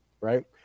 right